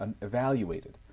evaluated